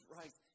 right